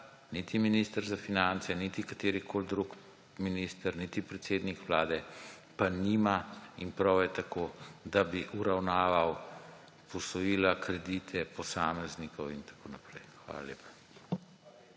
niti minister za finance, niti katerikoli drug minister, niti predsednik Vlada pa nima – in prav je tako –, da bi uravnaval posojila, kredite posameznikov in tako naprej. Hvala lepa.